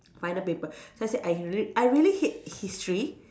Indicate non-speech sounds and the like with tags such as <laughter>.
final paper <breath> so I said I really I really hate history